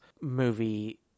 movie